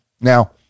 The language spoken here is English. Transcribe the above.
now